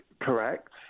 Correct